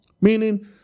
Meaning